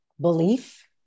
belief